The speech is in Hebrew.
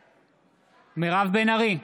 בעד מירב בן ארי,